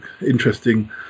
interesting